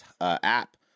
app